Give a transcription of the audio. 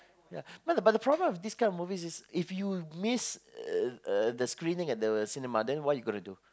ya but the but the problem with this kind of movies is if you miss uh uh the screening at the cinema then what you gonna do